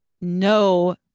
No